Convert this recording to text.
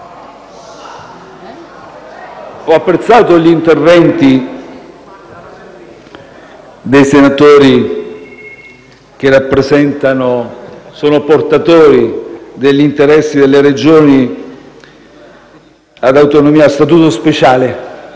ho apprezzato gli interventi dei senatori che sono portatori degli interessi delle Regioni a statuto speciale.